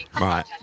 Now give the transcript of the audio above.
Right